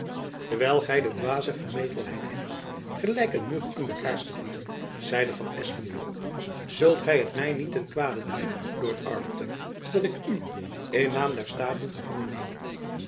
dewijl gy de dwaze vermetelheid hebt gelijk een mug in de kaars te vliegen zeide van espenblad zult gy het my niet ten kwade duiden lord arlington dat ik u in naam der staten gevangen neem